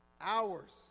hours